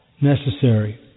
necessary